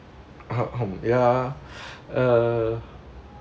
ya err